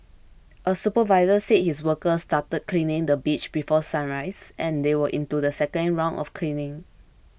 a supervisor said his workers started cleaning the beach before sunrise and they were into the second round of cleaning